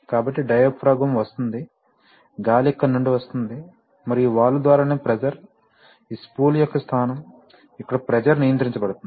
కాబట్టి డయాఫ్రాగమ్ వస్తోంది గాలి ఇక్కడి నుండి వస్తోంది మరియు ఈ వాల్వ్ ద్వారానే ప్రెషర్ ఈ స్పూల్ యొక్క స్థానం ఇక్కడ ప్రెషర్ నియంత్రించబడుతోంది